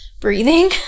breathing